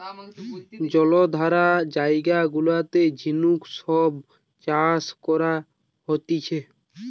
জলাধার জায়গা গুলাতে ঝিনুক সব চাষ করা হতিছে